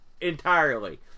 entirely